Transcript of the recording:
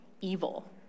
evil